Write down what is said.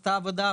עושה עבודה,